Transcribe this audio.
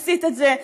עשית את זה,